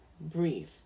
breathe